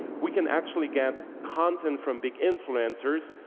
we can actually get content from big influencers,